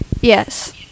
yes